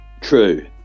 true